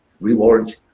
reward